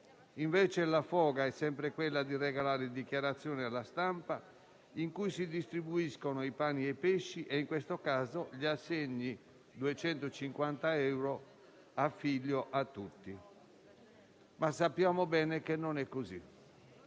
Invece la foga è sempre quella di regalare dichiarazioni alla stampa in cui si distribuiscono pani e pesci, e in questo caso assegni di 250 euro a figlio a tutti. Ma sappiamo bene che non è così: